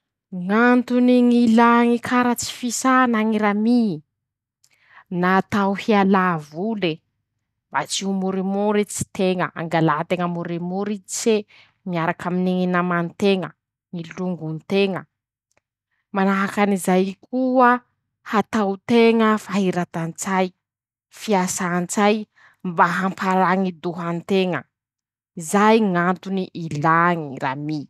Ñ'antony ñ'ilà ñy karatsy fisà na ñy ramy: -Natao hialà vole, mba tsy ho morimoritsy teña, hangalanteña morimoritse, miaraky aminy ñy namanteña, ñy longo nteña, manahakan'izay koa ataonteña fahiratan-tsay, fiasan-tsay mba hamparañi-doha anteña, zay Ñ'antony ila ñ.